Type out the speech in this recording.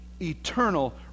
eternal